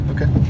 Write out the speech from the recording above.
Okay